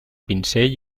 pinzell